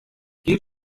geht